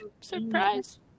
surprise